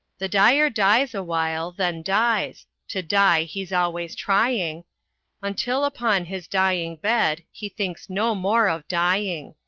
the dyer dyes awhile, then dies to dye he's always trying until upon his dying bed he thinks no more of dyeing.